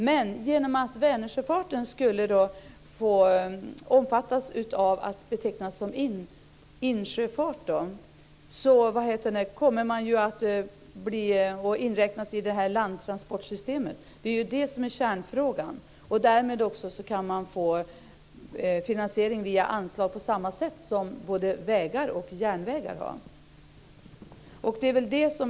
Kärnfrågan är om Vänersjöfarten ska betraktas som insjöfart och inräknas i landtransportsystemet. Då skulle man kunna få finansiering via anslag på samma sätt som vägar och järnvägar.